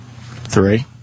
Three